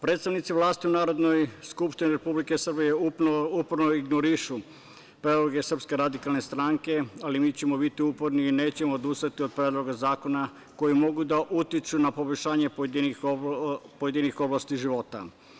Predstavnici vlasti u Narodnoj skupštini Republike Srbije uporedno ignorišu predloge SRS, ali mi ćemo biti uporni i nećemo odustati od Predloga zakona koji mogu da utiču na poboljšanje pojedinih oblasti života.